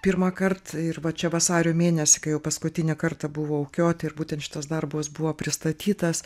pirmą kart ir va čia vasario mėnesį kai jau paskutinį kartą buvau kiote ir būtent šitas darbas buvo pristatytas